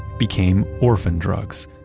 became orphan drugs.